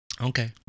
okay